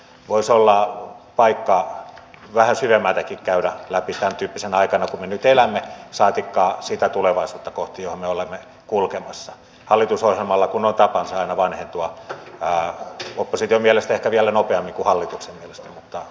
voisi olla paikka vähän syvemmältäkin käydä läpi sitä tämäntyyppisenä aikana jolloin me nyt elämme saatikka sitä tulevaisuutta kohti johon me olemme kulkemassa hallitusohjelmalla kun on tapana aina vanhentua opposition mielestä ehkä vielä nopeammin kuin hallituksen mielestä